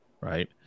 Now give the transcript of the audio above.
right